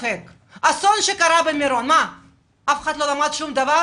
אף אחד לא למד שום דבר